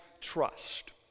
trust